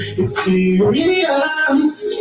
experience